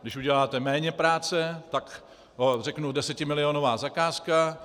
Když uděláte méněpráce, tak řeknu, desetimilionová zakázka.